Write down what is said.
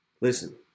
Listen